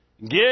Get